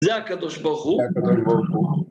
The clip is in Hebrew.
זה הקדוש ברוך הוא, זה הקדוש ברוך הוא